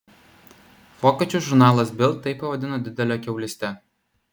vokiečių žurnalas bild tai pavadino didele kiaulyste